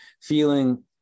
feeling